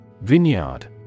Vineyard